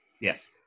Yes